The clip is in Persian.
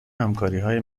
همکاریهای